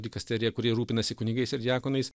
dikasterija kuri rūpinasi kunigais ir diakonais